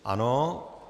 Ano.